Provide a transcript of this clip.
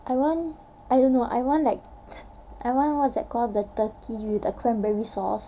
I want I don't know I want like I want what's that called the turkey with the cranberry sauce